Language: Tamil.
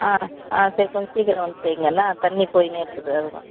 ஆ ஆ சரி கொஞ்ச சீக்கிரம் வந்து செய்ங்க என்ன தண்ணி போயின்னே இருக்குது அது தான்